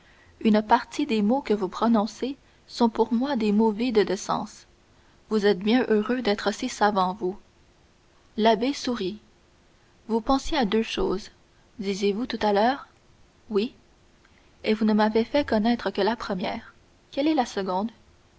une partie des mots que vous prononcez sont pour moi des mots vides de sens vous êtes bien heureux d'être si savant vous l'abbé sourit vous pensiez à deux choses disiez-vous tout à l'heure oui et vous ne m'avez fait connaître que la première quelle est la seconde